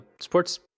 sports